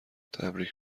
تبریگ